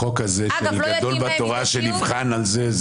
החוק הזה שגדול בתורה שנבחן על זה,